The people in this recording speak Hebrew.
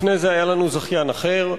לפני זה היה לנו זכיין אחר,